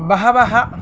बहवः